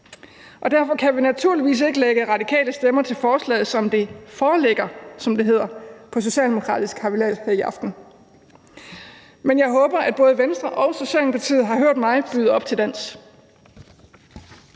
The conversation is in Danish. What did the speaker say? og derfor kan vi naturligvis ikke lægge radikale stemmer til forslaget, som det foreligger, hvilket vi har lært her i aften at det hedder på »socialdemokratisk«. Men jeg håber, at både Venstre og Socialdemokratiet har hørt mig byde op til dans.